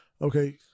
Okay